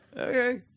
Okay